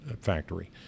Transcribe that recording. factory